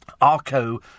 Arco